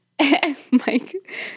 Mike